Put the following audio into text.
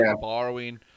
borrowing